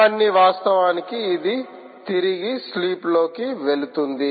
ఇవన్నీ వాస్తవానికి ఇది తిరిగి స్లీప్లోకి వెళుతుంది